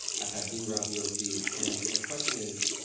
i've had dean graziosi and so my question is,